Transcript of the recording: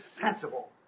sensible